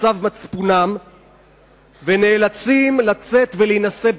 צו מצפונם ונאלצים לצאת ולהינשא בחו"ל,